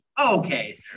Okay